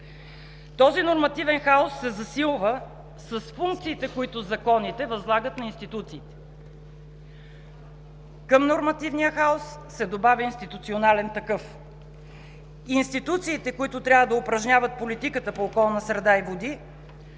Този нормативен хаос се засилва с функциите, които законите възлагат на институциите. Към нормативния хаос се добавя институционален такъв. Институциите, които трябва да упражняват политика по околна среда и води,